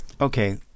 Okay